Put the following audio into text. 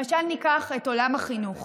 למשל, ניקח את עולם החינוך.